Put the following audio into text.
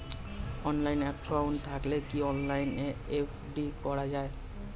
Online account থাকলে কি অনলাইনে এফ.ডি করা যায়?